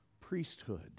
Priesthood